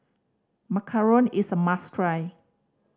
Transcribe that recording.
macaron is a must try